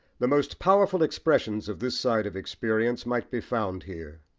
the most powerful expressions of this side of experience might be found here.